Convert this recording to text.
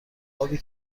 ابی